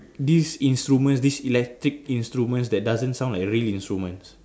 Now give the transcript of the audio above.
this instrument this electric instrument that doesn't sound like real instrument